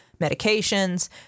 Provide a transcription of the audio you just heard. medications